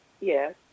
Yes